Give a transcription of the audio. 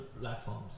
platforms